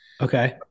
Okay